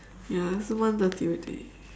ya so one thirty already